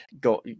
go